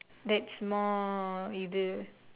that's more இது:ithu